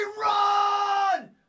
run